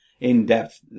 in-depth